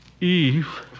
Eve